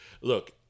Look